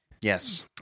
Yes